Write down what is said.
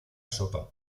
sopa